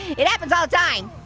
it happens all the time.